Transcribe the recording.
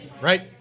right